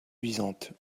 luisante